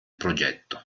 progetto